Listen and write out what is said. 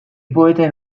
poeten